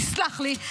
תסלח לי,